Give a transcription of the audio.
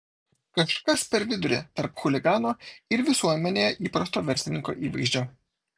kažkas per vidurį tarp chuligano ir visuomenėje įprasto verslininko įvaizdžio